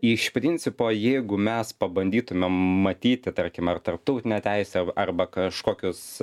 iš principo jeigu mes pabandytumėm matyti tarkim ar tarptautinę teisę arba kažkokius